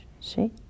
see